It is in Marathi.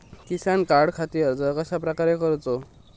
किसान कार्डखाती अर्ज कश्याप्रकारे करूचो?